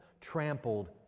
trampled